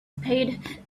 spade